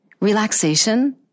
relaxation